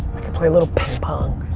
i can play a little ping pong.